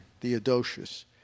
Theodosius